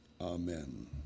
Amen